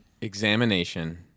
examination